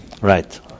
Right